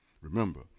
Remember